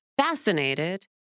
fascinated